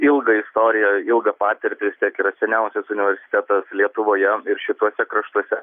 ilgą istoriją ilgą patirtį vistiek yra seniausias universitetas lietuvoje ir šituose kraštuose